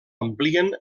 amplien